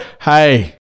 hey